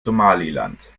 somaliland